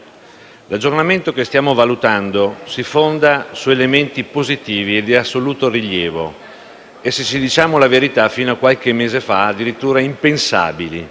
l'aggiornamento che stiamo valutando si fonda su elementi positivi e di assoluto rilievo e - diciamo la verità - fino a qualche mese fa addirittura impensabili.